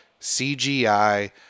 cgi